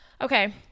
okay